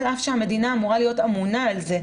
על אף שהמדינה אמורה להיות אמונה על זה.